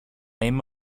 είμαι